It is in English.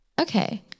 Okay